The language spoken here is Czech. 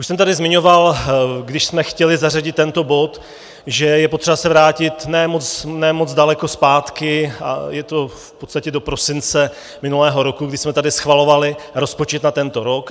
Už jsem tady zmiňoval, když jsme chtěli zařadit tento bod, že je potřeba se vrátit ne moc daleko zpátky, a je to v podstatě do prosince minulého roku, kdy jsme tady schvalovali rozpočet na tento rok.